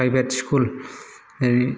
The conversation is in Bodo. प्राइभेथ स्कुल बा